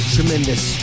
Tremendous